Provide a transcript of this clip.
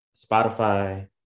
Spotify